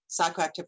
psychoactive